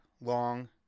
long